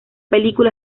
película